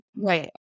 right